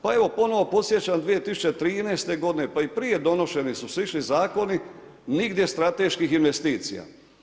Pa evo ponovno podsjećam 2013. godine pa i prije donošeni su slični zakoni, nigdje strateških investicija.